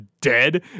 dead